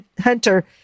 Hunter